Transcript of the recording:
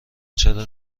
چرا